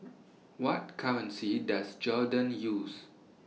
What currency Does Jordan use